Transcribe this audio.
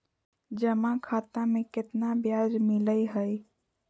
जमा खाता में केतना ब्याज मिलई हई?